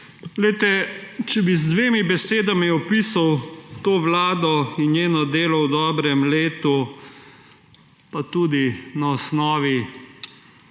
Če bi z dvema besedama opisal to vlado in njeno delo v dobrem letu, pa tudi na osnovi